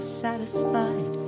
satisfied